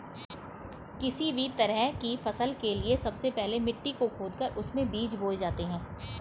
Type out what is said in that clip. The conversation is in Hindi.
किसी भी तरह की फसल के लिए सबसे पहले मिट्टी को खोदकर उसमें बीज बोए जाते हैं